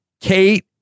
Kate